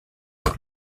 avec